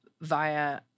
via